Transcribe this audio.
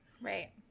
right